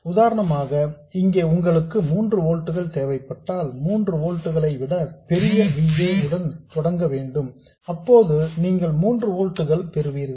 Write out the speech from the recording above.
உதாரணமாக இங்கே உங்களுக்கு 3 ஓல்ட்ஸ் தேவைப்பட்டால் 3 ஓல்ட்ஸ் ஐ விட பெரிய V a உடன் தொடங்க வேண்டும் அப்போது நீங்கள் 3 ஓல்ட்ஸ் பெறுவீர்கள்